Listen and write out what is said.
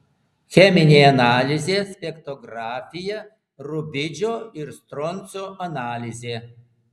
cheminė analizė spektrografija rubidžio ir stroncio analizė